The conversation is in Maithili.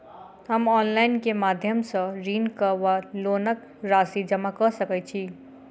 हम ऑनलाइन केँ माध्यम सँ ऋणक वा लोनक राशि जमा कऽ सकैत छी?